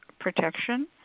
protection